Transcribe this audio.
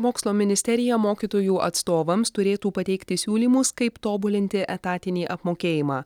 mokslo ministerija mokytojų atstovams turėtų pateikti siūlymus kaip tobulinti etatinį apmokėjimą